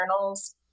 journals